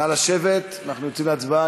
נא לשבת, אנחנו יוצאים להצבעה.